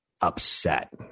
upset